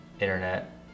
internet